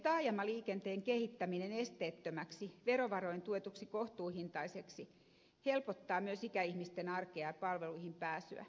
taajamaliikenteen kehittäminen esteettömäksi verovaroin tuetuksi ja kohtuuhintaiseksi helpottaa myös ikäihmisten arkea ja palveluihin pääsyä